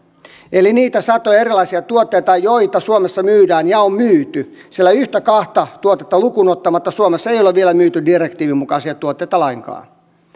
eli niitä satoja erilaisia tuotteita joita suomessa myydään ja on myyty sillä yhtä kahta tuotetta lukuun ottamatta suomessa ei ole vielä myyty direktiivin mukaisia tuotteita lainkaan